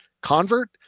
convert